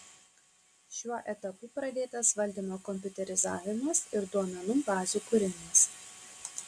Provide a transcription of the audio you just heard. šiuo etapu pradėtas valdymo kompiuterizavimas ir duomenų bazių kūrimas